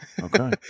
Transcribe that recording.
Okay